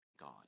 God